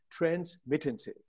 transmittances